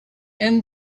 and